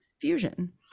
fusion